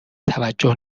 توجه